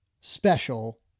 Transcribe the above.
special